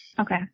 Okay